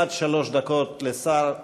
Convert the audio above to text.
עד שלוש דקות לשר,